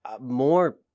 more